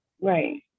Right